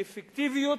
באפקטיביות,